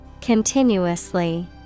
Continuously